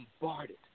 bombarded